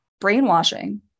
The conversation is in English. brainwashing